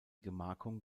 gemarkung